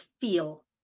feel